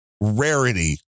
rarity